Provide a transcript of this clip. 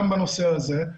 גם בנושא הזה.